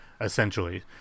essentially